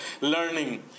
learning